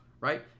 right